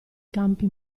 campi